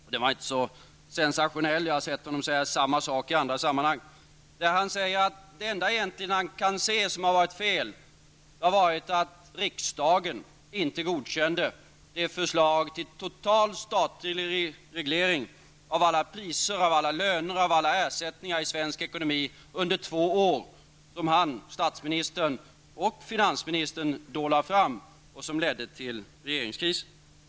Artikeln var inte så sensationell. Jag har hört honom säga samma sak i andra sammanhang. Statsministern säger att det enda fel man kan se är att riksdagen inte godkände det förslag till total statlig reglering av alla priser, löner, ersättningar i svensk ekonomi under två år som han och finansministern då lade fram och som ledde till regeringskrisen.